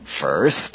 First